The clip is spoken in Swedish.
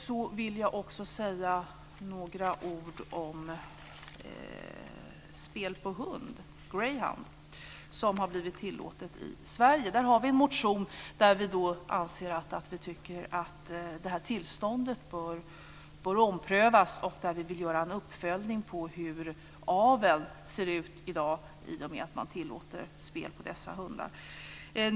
Sedan vill jag också säga några ord om spel på hund, greyhound, som har blivit tillåtet i Sverige. Där har vi en motion där vi anser att det här tillståndet bör omprövas. Vi vill göra en uppföljning av hur aveln ser ut i dag i och med att man tillåter spel på dessa hundar.